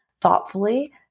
thoughtfully